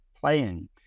playing